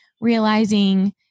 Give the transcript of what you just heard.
realizing